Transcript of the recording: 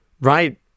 right